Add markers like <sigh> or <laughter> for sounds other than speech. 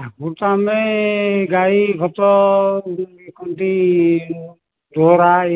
ଆଗରୁ ତ ଆମେ ଗାଈ ଖତ <unintelligible>